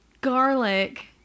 garlic